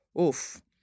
oof